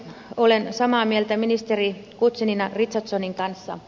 olen samaa mieltä ministeri guzenina richardsonin kanssa